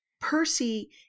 Percy